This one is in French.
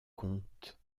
compte